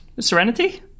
Serenity